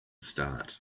start